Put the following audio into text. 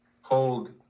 hold